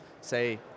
Say